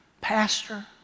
Pastor